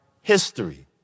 history